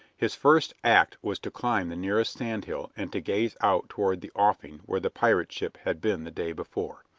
his first act was to climb the nearest sand hill and to gaze out toward the offing where the pirate ship had been the day before.